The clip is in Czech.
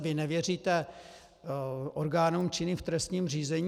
Vy nevěříte orgánům činným v trestním řízení?